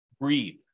Breathe